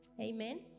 amen